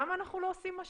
למה אנחנו לא עושים מה